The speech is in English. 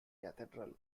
cathedral